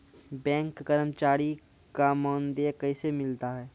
Bank कर्मचारी का मानदेय कैसे मिलता हैं?